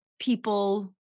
people